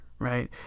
right